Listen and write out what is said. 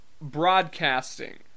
Broadcasting